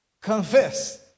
confess